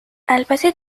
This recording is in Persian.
البته